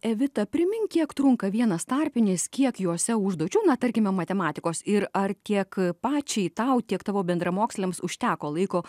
evita primink kiek trunka vienas tarpinis kiek juose užduočių na tarkime matematikos ir ar tiek pačiai tau tiek tavo bendramoksliams užteko laiko